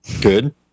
Good